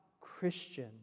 Christian